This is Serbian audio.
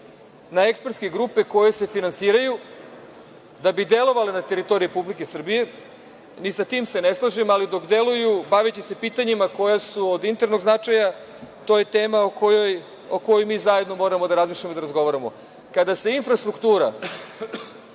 na ekspertske grupe koje se finansiraju da bi delovale na teritoriji Republike Srbije. Ni sa tim se ne slažem, ali dok deluju baviće se pitanjima koja su od internog značaja. To je tema o kojoj mi zajedno moramo da razmišljamo i da razgovaramo. Kada se infrastruktura,